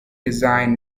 design